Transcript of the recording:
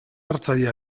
hartzaile